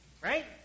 Right